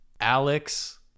Alex